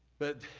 but